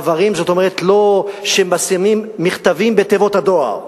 דוורים, זאת אומרת ששמים מכתבים בתיבות הדואר.